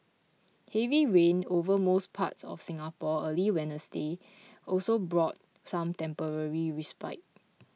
heavy rain over most parts of Singapore early Wednesday also brought some temporary respite